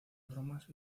bromas